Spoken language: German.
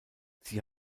sie